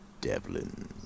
Devlin